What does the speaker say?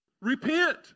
Repent